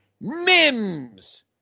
Mims